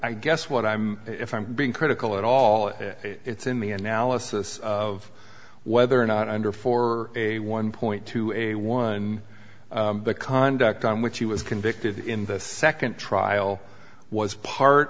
i guess what i'm if i'm being critical at all it's in the analysis of whether or not under for a one point two a one the conduct on which he was convicted in the second trial was part